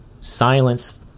silence